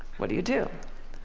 what do you do?